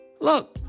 Look